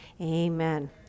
amen